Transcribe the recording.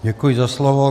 Děkuji za slovo.